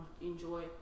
enjoy